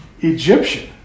Egyptian